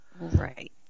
Right